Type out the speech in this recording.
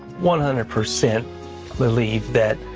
one hundred percent believe that